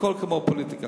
הכול כמו פוליטיקה.